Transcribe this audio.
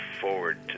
forward